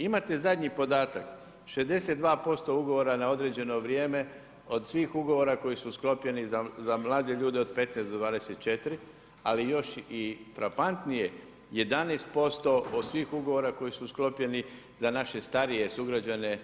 Imate zadnji podataka, 62% ugovora na određeno vrijeme od svih ugovora koji su sklopljeni za mlade ljude od 15 do 24, ali još i frapantnije 11% od svih ugovora koji su sklopljeni za naše starije sugrađane